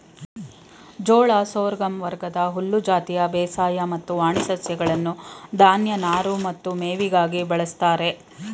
ಜೋಳ ಸೋರ್ಗಮ್ ವರ್ಗದ ಹುಲ್ಲು ಜಾತಿಯ ಬೇಸಾಯ ಮತ್ತು ವಾಣಿ ಸಸ್ಯಗಳನ್ನು ಧಾನ್ಯ ನಾರು ಮತ್ತು ಮೇವಿಗಾಗಿ ಬಳಸ್ತಾರೆ